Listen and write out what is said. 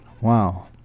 Wow